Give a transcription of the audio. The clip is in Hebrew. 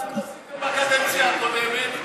מה אתם עשיתם בקדנציה הקודמת?